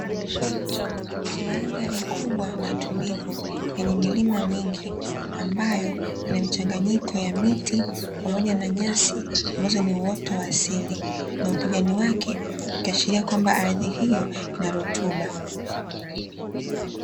Mandhari kubwa na tulivu, yenye milima mingi ambayo ina mchanganyiko ya miti pamoja na nyasi ambazo ni uoto wa asili, na ukijani wake ukiashiria kwamba ardhi hiyo ina rutuba.